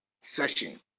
session